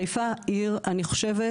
חיפה היא העיר אני חושבת,